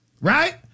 right